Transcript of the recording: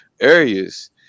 areas